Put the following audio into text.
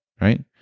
right